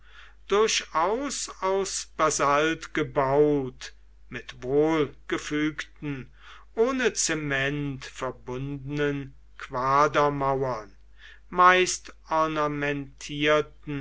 durchaus aus basalt gebaut mit wohlgefügten ohne zement verbundenen quadermauern meist